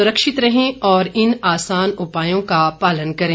सुरक्षित रहें और इन आसान उपायों का पालन करें